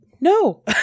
no